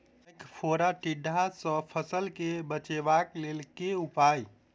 ऐंख फोड़ा टिड्डा सँ फसल केँ बचेबाक लेल केँ उपाय?